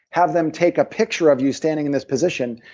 have them take a picture of you standing in this position,